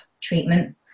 treatment